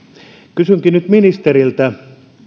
kysynkin nyt ministeriltä